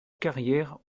carrière